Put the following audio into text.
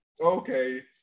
Okay